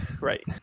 right